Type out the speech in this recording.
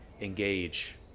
engage